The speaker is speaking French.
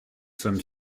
sommes